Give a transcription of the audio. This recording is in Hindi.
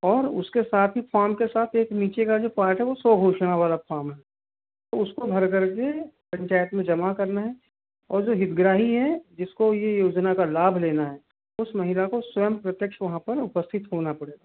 और उसके साथ ही फॉर्म के साथ एक नीचे का जो पाठ है वो सोघोषणा वाला फार्म है तो उसको भर कर के पंचायत में जमा करना है और जो हितग्राही है जिसको ये योजना का लाभ लेना है उस महिला को स्वयं प्रत्यक्ष वहाँ पर उपस्थित होना पड़ेगा